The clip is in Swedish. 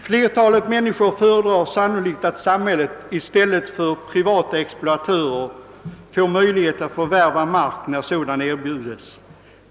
Flertalet människor föredrar sannolikt att samhället i stället för privata exploatörer får möjlighet att förvärva mark när sådan erbjudes.